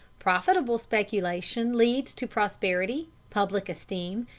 profitable speculation leads to prosperity, public esteem,